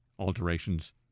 alterations